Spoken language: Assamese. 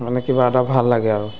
মানে কিবা এটা ভাল লাগে আৰু